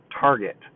target